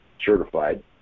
certified